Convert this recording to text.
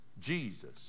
Jesus